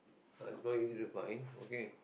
uh it's not easy to find okay